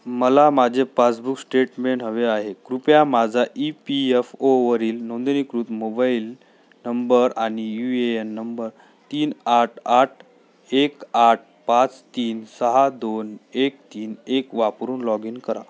मला माझे passbook statement हवे आहे कृपया माझा ई पी एफ ओवरील नोंदणीकृत मोबाईल नंबर आणि यू ए एन नंब तीन आठ आठ एक आठ पाच तीन सहा दोन एक तीन एक वापरून लॉगिन करा